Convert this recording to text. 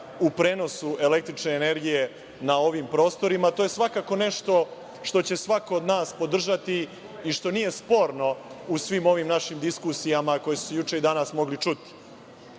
u prenosu električne energije na ovim prostorima, to je svakako nešto što će svako od nas podržati i što nije sporno u svim ovim našim diskusijama koje su se juče i danas mogle